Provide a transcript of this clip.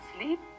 Sleep